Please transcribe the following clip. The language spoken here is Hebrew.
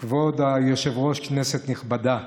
כבוד היושבת-ראש, כנסת נכבדה,